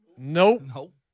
Nope